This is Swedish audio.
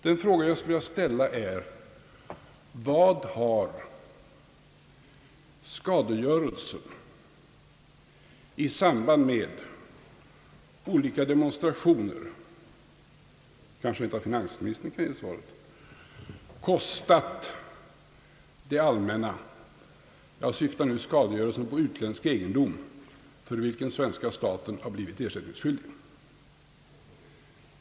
Den fråga jag skulle vilja ställa är: Vad har skadegörelsen i samband med olika demonstrationer — kanske rentav finansministern kan ge svaret — kostat det allmänna? Jag syftar nu på den skadegörelse på utländsk egendom, för vilken svenska staten har blivit ersättningsskyldig.